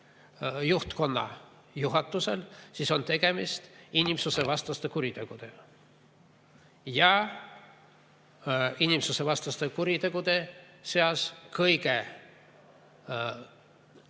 juhtkonna juhatusel, on tegemist inimsusvastaste kuritegudega. Inimsusvastaste kuritegude seas loetakse kõige